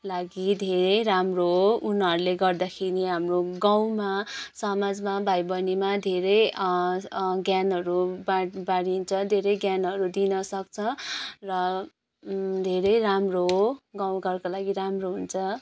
लागि धेरै राम्रो हो उनीहरूले गर्दाखेरि हाम्रो गाउँमा समाजमा भाइबहिनीमा धेरै ज्ञानहरू बाड बाँडिन्छ धेरै ज्ञानहरू दिनसक्छ र धेरै राम्रो गाउँ घरको लागि राम्रो हुन्छ